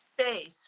space